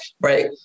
right